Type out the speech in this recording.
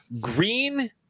Green